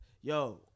Yo